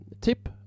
tip